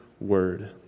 word